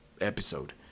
episode